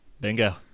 Bingo